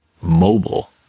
mobile